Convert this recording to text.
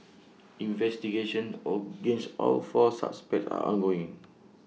investigations against all four suspects are ongoing